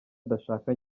adashaka